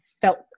felt